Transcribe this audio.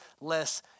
less